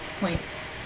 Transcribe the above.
points